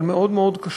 אבל מאוד מאוד קשות: